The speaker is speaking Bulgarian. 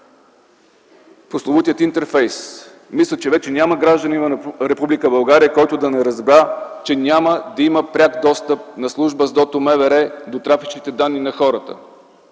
Прословутият интерфейс. Мисля, че вече няма гражданин на Република България, който да не разбра, че няма да има пряк достъп на служба СД ”ОТО” МВР до трафичните данни на хората.